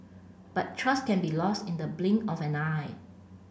but trust can be lost in the blink of an eye